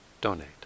donate